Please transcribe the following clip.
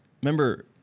remember